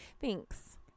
Thanks